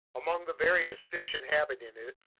among the various fish inhabiting it,